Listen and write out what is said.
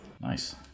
Nice